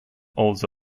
also